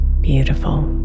beautiful